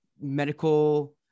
medical